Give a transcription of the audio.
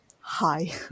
hi